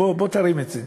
בוא תרים את זה.